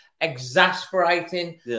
exasperating